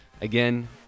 Again